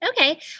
Okay